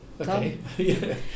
Okay